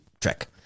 Trick